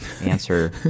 answer